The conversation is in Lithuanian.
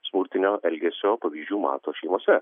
smurtinio elgesio pavyzdžių mato šeimose